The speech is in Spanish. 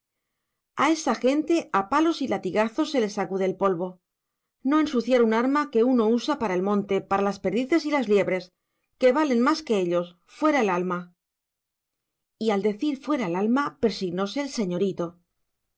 a esa gente a palos y latigazos se les sacude el polvo no ensuciar un arma que uno usa para el monte para las perdices y las liebres que valen más que ellos fuera el alma y al decir fuera el alma persignóse el señorito